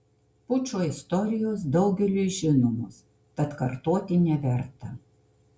pučo istorijos daugeliui žinomos tad kartoti neverta